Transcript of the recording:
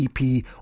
EP